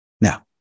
Now